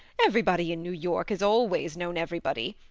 everybody in new york has always known everybody.